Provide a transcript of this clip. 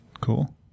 Cool